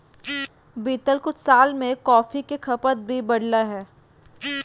बीतल कुछ साल में कॉफ़ी के खपत भी बढ़लय हें